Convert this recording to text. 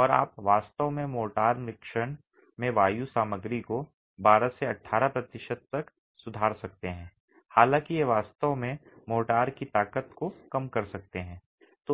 और आप वास्तव में मोर्टार मिश्रण में वायु सामग्री को 12 से 18 प्रतिशत तक सुधार सकते हैं हालांकि ये वास्तव में मोर्टार की ताकत को कम कर सकते हैं